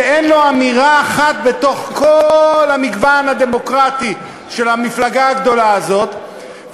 שאין לו אמירה אחת בתוך כל המגוון הדמוקרטי של המפלגה הגדולה הזאת,